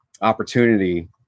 opportunity